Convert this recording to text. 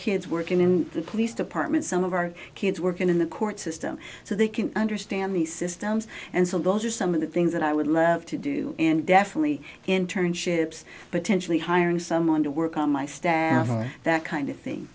kids working in the police department some of our kids working in the court system so they can understand these systems and so those are some of the things that i would love to do and definitely in turn ships but eventually hiring someone to work on my staff that kind of thing